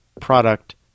product